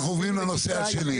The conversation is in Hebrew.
אנחנו עוברים לנושא השני.